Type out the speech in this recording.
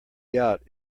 yacht